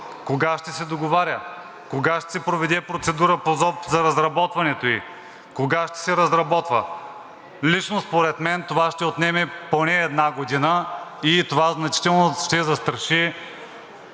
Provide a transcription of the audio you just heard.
Кога ще се договаря? Кога ще се проведе процедура по ЗОП за разработването ѝ? Кога ще се разработва? Лично според мен това ще отнеме поне една година и това значително ще застраши